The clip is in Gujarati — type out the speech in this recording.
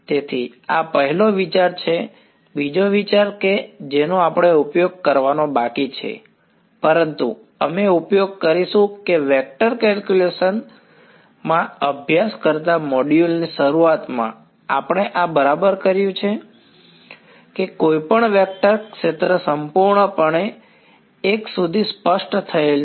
તેથી આ પહેલો વિચાર છે બીજો વિચાર કે જેનો આપણે ઉપયોગ કરવાનો બાકી છે પરંતુ અમે ઉપયોગ કરીશું કે વેક્ટર કેલ્ક્યુલસ માં અભ્યાસ કરતા મોડ્યુલ ની શરૂઆતમાં આપણે આ બરાબર કર્યું છે કે કોઈપણ વેક્ટર ક્ષેત્ર સંપૂર્ણપણે એક સુધી સ્પષ્ટ થયેલ છે